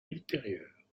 ultérieurs